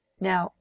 now